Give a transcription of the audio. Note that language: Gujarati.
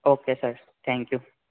okay sir thank you